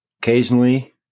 Occasionally